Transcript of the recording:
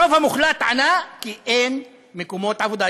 הרוב המוחלט ענה: כי אין מקומות עבודה.